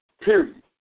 period